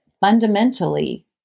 fundamentally